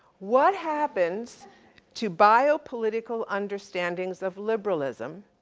what happens to biopolitical understandings of liberalism,